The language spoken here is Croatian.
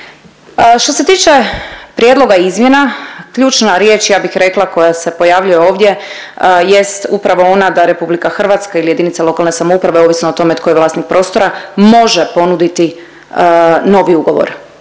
Što se tiče prijedloga izmjena ključna riječ ja bih rekla koja se pojavljuje ovdje jest upravo ona da Republika Hrvatska ili jedinice lokalne samouprave ovisno o tome tko je vlasnik prostora može ponuditi novi ugovor,